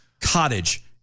cottage